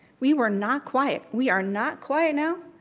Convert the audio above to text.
we were not quiet, we are not quiet now,